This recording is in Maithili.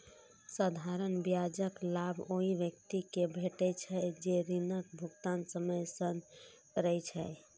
साधारण ब्याजक लाभ ओइ व्यक्ति कें भेटै छै, जे ऋणक भुगतान समय सं करै छै